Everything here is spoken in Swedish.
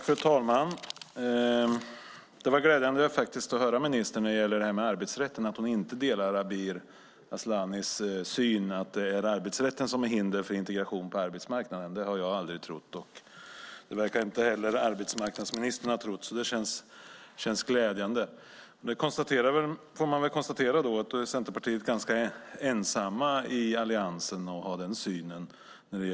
Fru talman! Det var glädjande att höra att ministern inte delar Abir Al-Sahlanis uppfattning att det är arbetsrätten som är hindret för integrationen på arbetsmarknaden. Det har jag aldrig trott, och det verkar inte heller arbetsmarknadsministern ha trott. Det är glädjande. Vi kan konstatera att Centerpartiet är ganska ensamt i alliansen om den uppfattningen.